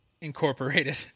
Incorporated